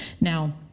now